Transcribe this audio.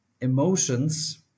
emotions